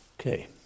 okay